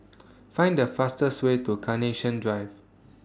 Find The fastest Way to Carnation Drive